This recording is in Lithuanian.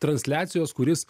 transliacijos kuris